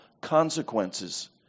consequences